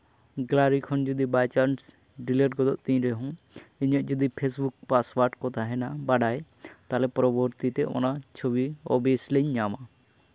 gallery ᱠᱷᱚᱱ ᱵᱟᱭ chance delete ᱜᱚᱫᱚᱜ ᱛᱤᱧ ᱨᱮᱦᱚᱸ ᱤᱧᱟᱹᱜ ᱡᱩᱫᱤ ᱯᱷᱮᱥᱵᱩᱠ ᱯᱟᱥᱳᱟᱨᱰ ᱠᱚ ᱛᱟᱦᱮᱱᱟ ᱵᱟᱰᱟᱭ ᱛᱟᱦᱞᱮ ᱯᱚᱨᱚᱵᱚᱨᱛᱤ ᱛᱮ ᱚᱱᱟ ᱪᱷᱚᱵᱤ ᱳᱵᱤᱭᱮᱥᱞᱤᱧ ᱧᱟᱢᱟ